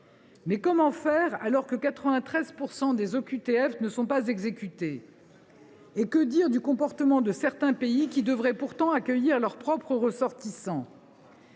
le territoire français (OQTF) ne sont pas exécutées ? Et que dire du comportement de certains pays qui devraient pourtant accueillir leurs propres ressortissants…